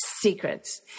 Secrets